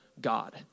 God